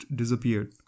disappeared